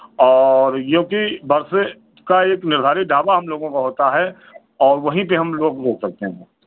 और यों कि बस का एक निर्धारित ढाबा हमलोगों का होता है और वहीं पे हम लोग वो करते हैं